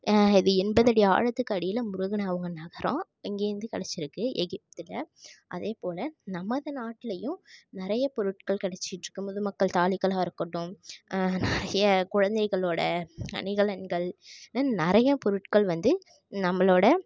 அது எண்பது அடி ஆழத்துக்கு அடியில் முழுகன அவங்க நகரம் இங்கேருந்து கிடச்சிருக்கு எகிப்தில் அதேப்போல் நமது நாட்டிலையும் நிறைய பொருட்கள் கிடச்சிட்ருக்கும்மோது மக்கள் தாழிக்களா இருக்கட்டும் நிறைய குழந்தைகளோடய அணிகலன்கள் தென் நிறைய பொருட்கள் வந்து நம்பளோடய